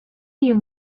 you